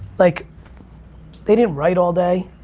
like they didn't write all day.